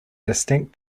distinct